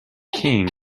king